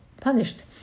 punished